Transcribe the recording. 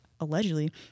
allegedly